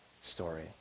story